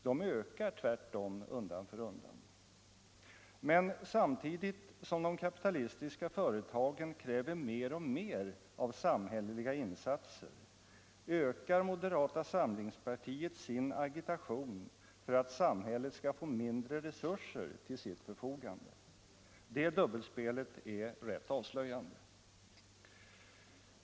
De ökar tvärtom undan för undan. Men samtidigt som de kapitalistiska företagen kräver mer och mer av samhälleliga insatser ökar moderata samlingspartiet sin agitation för att samhället skall få mindre resurser till sitt förfogande. Det dubbelspelet är rätt avslöjande.